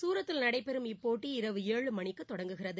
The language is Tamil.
சூரத்தில் நடைபெறும் இப்போட்டி இரவு ஏழுமணிக்கு தொடங்குகிறது